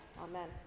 Amen